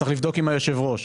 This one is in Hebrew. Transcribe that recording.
צריך לבדוק את זה עם היושב ראש.